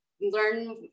learn